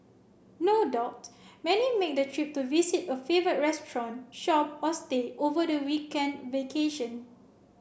no doubt many make the trip to visit a favourite restaurant shop or stay over the weekend vacation